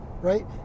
right